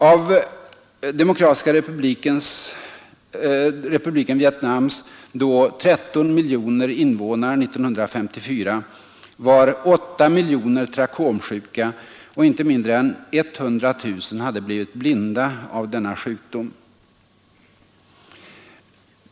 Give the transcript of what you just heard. Av Demokratiska republiken Vietnams 13 miljoner invånare år 1954 var 8 miljoner trachomsjuka, och inte mindre än 100 000 hade blivit blinda av denna sjukdom.